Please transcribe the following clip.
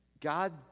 God